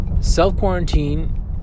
self-quarantine